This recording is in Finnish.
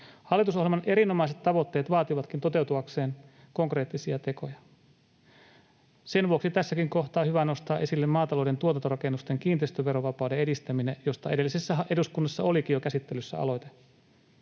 Hallitusohjelman erinomaiset tavoitteet vaativatkin toteutuakseen konkreettisia tekoja. Sen vuoksi tässäkin kohtaa on hyvä nostaa esille maatalouden tuotantorakennusten kiinteistöverovapauden edistäminen, josta edellisessä eduskunnassa olikin jo käsittelyssä aloite.